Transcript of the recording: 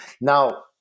Now